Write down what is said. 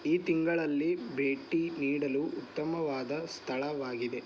ಈ ತಿಂಗಳಲ್ಲಿ ಭೇಟಿ ನೀಡಲು ಉತ್ತಮವಾದ ಸ್ಥಳವಾಗಿದೆ